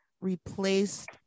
replaced